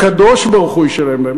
הקדוש-ברוך-הוא ישלם להם.